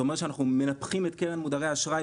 זה אומר שאנחנו מנפחים את קרן מודרי האשראי